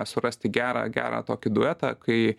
surasti gerą gerą tokį duetą kai